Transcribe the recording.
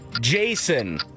Jason